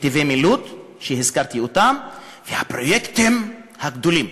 נתיבי המילוט שהזכרתי אותם, והפרויקטים הגדולים,